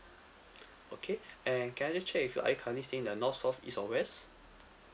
okay and can I just check with you are you currently staying in the north south east or west